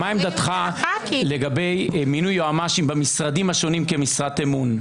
מה עמדתך לגבי מינוי יועצים משפטיים במשרדים השונים כמשרת אמון?